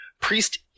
Priest